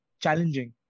challenging